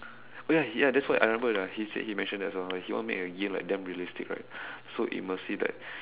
oh ya he that's what I remember you know he said he mentioned that as well he want to make a game like damn realistic right so it's must be like